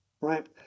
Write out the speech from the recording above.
right